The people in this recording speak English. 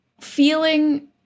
feeling